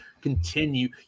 continue